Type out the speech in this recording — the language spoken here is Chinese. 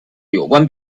有关